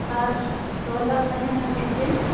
ᱟᱨ ᱛᱚᱞᱟᱜ ᱛᱟᱦᱮᱸᱱᱟ ᱢᱤᱫᱴᱮᱱ